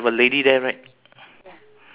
then in front of her there will be a